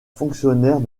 fonctionnaire